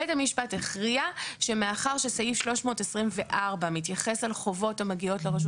בית המשפט הכריע שמאחר שסעיף 324 מתייחס על חובות המגיעות לרשות